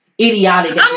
idiotic